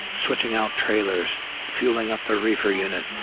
switching out trailers, fueling up the reefer unit,